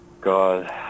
god